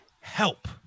help